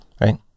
right